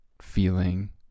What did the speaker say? feeling